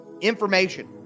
information